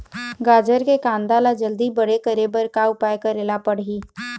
गाजर के कांदा ला जल्दी बड़े करे बर का उपाय करेला पढ़िही?